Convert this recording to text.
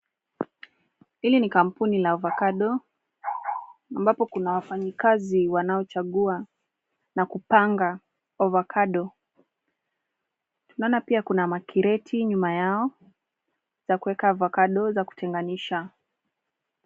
Hili ni kampuni la avocado ambapo kuna wafanyikazi wanaochagua na kupanga avocado. Tunaona pia kuna makreti nyuma ya za kuweka avocado za kutenganisha.